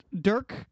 Dirk